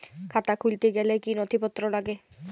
খাতা খুলতে গেলে কি কি নথিপত্র লাগে?